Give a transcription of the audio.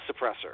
suppressor